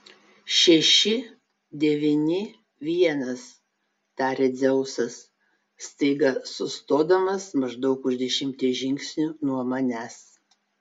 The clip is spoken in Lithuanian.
šeši devyni vienas taria dzeusas staiga sustodamas maždaug už dešimties žingsnių nuo manęs